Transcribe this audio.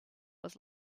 was